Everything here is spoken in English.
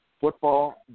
football